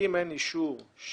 שאם אין אישור של